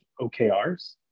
OKRs